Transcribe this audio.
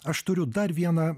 aš turiu dar vieną